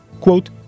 Quote